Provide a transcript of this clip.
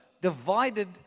divided